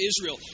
Israel